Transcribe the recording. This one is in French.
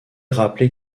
rappeler